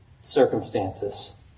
circumstances